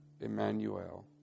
Emmanuel